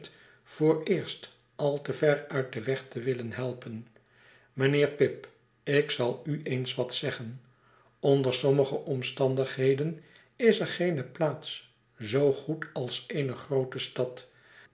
vooreerst al te ver uit den weg te willen helpen mijnheer pip ik zal u eens wat zeggen onder sommige omstandigheden is er geene plaats zoo goed als eene groote stad